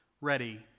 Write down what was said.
ready